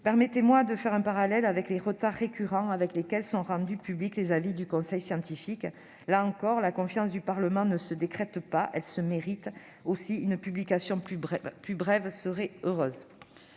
Permettez-moi de faire un parallèle avec les retards récurrents avec lesquels sont rendus publics les avis du conseil scientifique. Madame la ministre, la confiance du Parlement ne se décrète pas ; elle se mérite. Aussi, une publication dans des délais plus